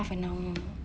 half an hour only